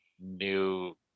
new